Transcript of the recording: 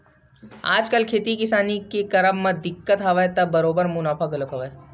आजकल खेती किसानी के करब म दिक्कत हवय त बरोबर मुनाफा घलो हवय